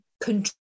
control